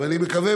ואני מקווה,